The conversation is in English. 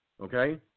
Okay